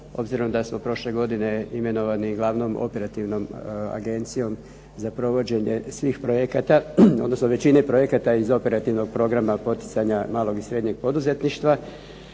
obzirom da smo prošle godine imenovani glavnom operativnom agencijom za provođenje svih projekata odnosno većine projekata iz operativnog programa poticanja malog i srednjeg poduzetništva